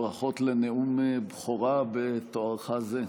ברכות לנאום בכורה בתוארך זה.